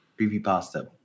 creepypasta